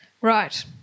Right